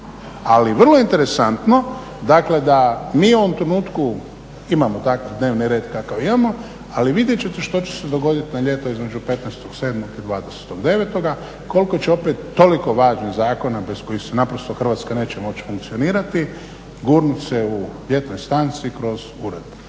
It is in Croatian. Ali je vrlo interesantno da mi u ovom trenutku imamo takav dnevni red kakav imamo ali vidjet ćete što će se dogoditi na ljeto između 15.07. i 20.09. koliko će opet toliko važnih zakona bez kojih naprosto Hrvatska neće moći funkcionirati gurnuti se u ljetnoj stanci kroz uredbe.